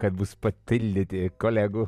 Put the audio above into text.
kad bus patildyti kolegų